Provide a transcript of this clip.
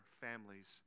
families